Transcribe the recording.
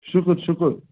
شُکُر شُکُر